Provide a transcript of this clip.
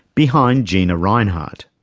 behind gina rinehart.